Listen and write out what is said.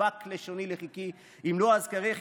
"תדבק לשוני לחכי אם לא אֶזְכְּרֵכִי